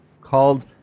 called